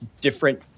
different